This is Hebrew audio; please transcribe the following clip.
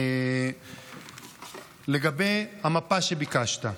המפה שביקשת,